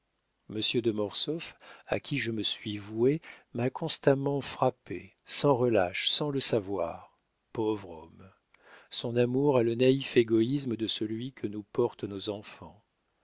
monsieur de mortsauf à qui je me suis vouée m'a constamment frappée sans relâche sans le savoir pauvre homme son amour a le naïf égoïsme de celui que nous portent nos enfants